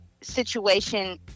situation